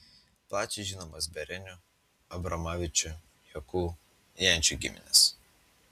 plačiai žinomos berenių abromavičių jakų jančų giminės